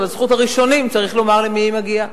אבל זכות הראשונים צריך לומר למי היא מגיעה.